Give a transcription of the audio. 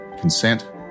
consent